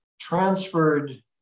transferred